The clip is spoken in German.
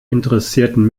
interessierten